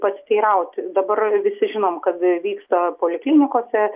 pasiteirauti dabar visi žinom kad vyksta poliklinikose